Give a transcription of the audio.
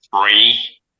three